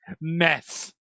mess